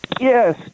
Yes